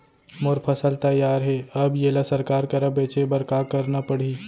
मोर फसल तैयार हे अब येला सरकार करा बेचे बर का करना पड़ही?